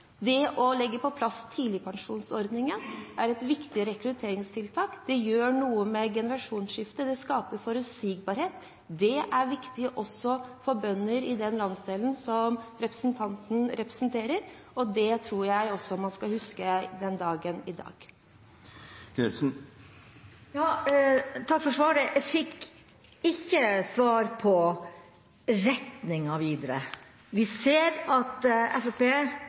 Det å legge på plass tidligpensjonsordningen er et viktig rekrutteringstiltak. Det gjør noe med generasjonsskiftet, det skaper forutsigbarhet. Det er viktig også for bønder i den landsdelen som representanten representerer, og det tror jeg man skal huske i dag. Jeg fikk ikke svar på retninga videre. Vi ser at